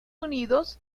unidos